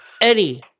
Eddie